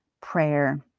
prayer